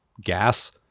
gas